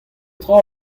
tra